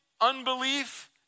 unbelief